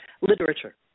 Literature